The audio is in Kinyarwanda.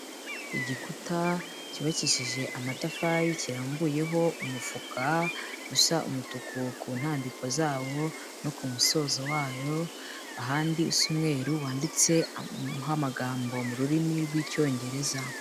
Igikuta cyubakishije amatafari, kirambuyeho umufuka usa umutuku ku ntambiko zawo no ku musozo wayo, ahandi isa umweru, wanditse amagambo mu rurimi rw'icyongereza.